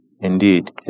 indeed